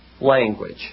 language